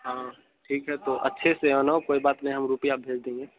हाँ ठीक है तो अच्छे से आना कोई बात नहीं हम रुपया भेज देंगे